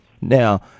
Now